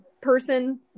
person